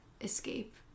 escape